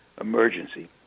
emergency